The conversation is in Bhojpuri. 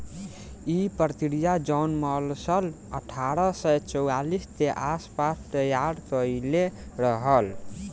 इ प्रक्रिया जॉन मर्सर अठारह सौ चौवालीस के आस पास तईयार कईले रहल